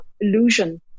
illusion